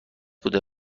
بوده